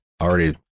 already